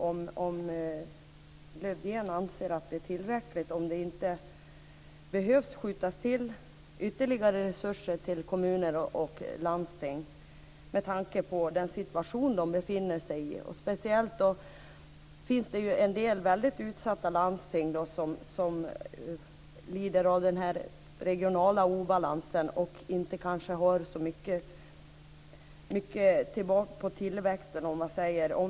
Anser Lövdén att detta är tillräckligt? Behövs det inte skjutas till ytterligare resurser till kommuner och landsting med tanke på den situation de befinner sig i? Det finns en del speciellt utsatta landsting som lider av den regionala obalansen och har kanske inte så mycket att vänta sig av tillväxten.